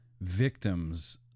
victims